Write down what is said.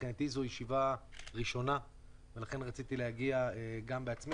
מבחינתי זאת ישיבה ראשונה לכן רציתי להגיע בעצמי